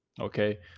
Okay